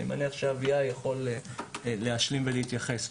אני מניח שאביה יכול להשלים ולהתייחס לזה.